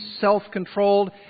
self-controlled